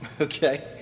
Okay